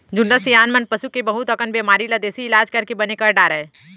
जुन्ना सियान मन पसू के बहुत अकन बेमारी ल देसी इलाज करके बने कर डारय